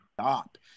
stop